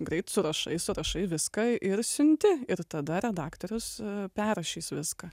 greit surašai surašai viską ir siunti ir tada redaktorius perrašys viską